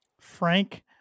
Frank